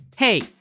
Hey